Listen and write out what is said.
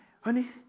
honey